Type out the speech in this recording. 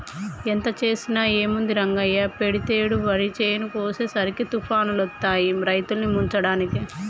ఎంత చేసినా ఏముంది రంగయ్య పెతేడు వరి చేను కోసేసరికి తుఫానులొత్తాయి రైతుల్ని ముంచడానికి